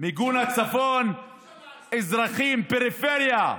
מיגון הצפון, אזרחים, פריפריה,